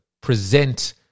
present